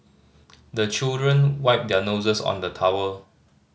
the children wipe their noses on the towel